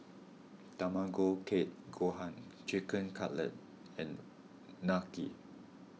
Tamago Kake Gohan Chicken Cutlet and Unagi